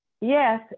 Yes